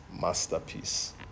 masterpiece